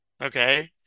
okay